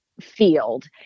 field